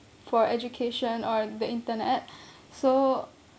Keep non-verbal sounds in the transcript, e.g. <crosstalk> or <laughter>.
for education or the internet <breath> so